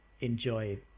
enjoy